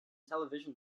television